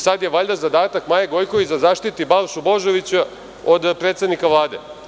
Sada je valjda, zadatak Maje Gojković da zaštiti Balšu Božovića od predsednika Vlade.